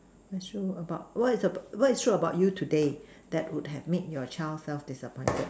what is true about what is about what is true about you today that would have made your child self disappointed